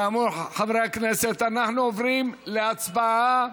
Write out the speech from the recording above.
כאמור, חברי הכנסת, אנחנו עוברים להצבעה.